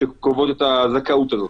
שקובעות את הזכאות הזו.